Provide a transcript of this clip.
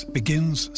begins